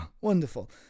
Wonderful